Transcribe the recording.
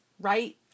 right